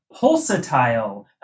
pulsatile